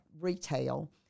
retail